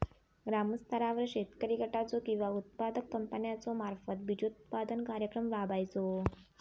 ग्रामस्तरावर शेतकरी गटाचो किंवा उत्पादक कंपन्याचो मार्फत बिजोत्पादन कार्यक्रम राबायचो?